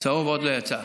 צהוב עוד לא יצא.